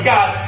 God